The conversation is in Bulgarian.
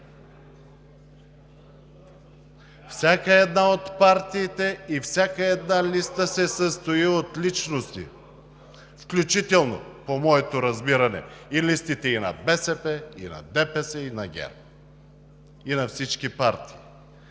Всяка една от партиите и всяка една листа се състои от личности, включително, по моето разбиране, и листите и на БСП, и на ДПС, и на ГЕРБ, и на всички партии.